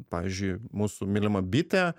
pavyzdžiui mūsų mylima bitė